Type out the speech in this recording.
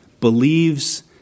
believes